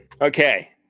Okay